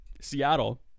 Seattle